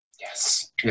yes